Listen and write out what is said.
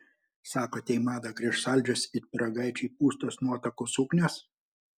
sakote į madą grįš saldžios it pyragaičiai pūstos nuotakų suknios